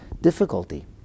difficulty